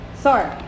Sorry